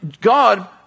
God